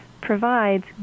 provides